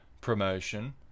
promotion